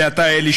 ואתה אלי,